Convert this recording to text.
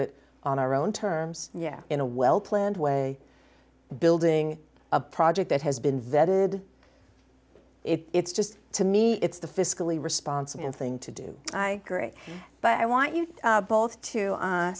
it on our own terms yeah in a well planned way building a project that has been vetted it's just to me it's the fiscally responsible thing to do i agree but i want you both to